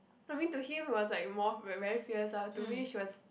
I mean to him who was like more fero~ very fierce ah to me she was